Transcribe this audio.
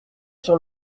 sur